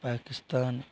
Pakistan